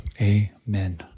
Amen